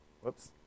Whoops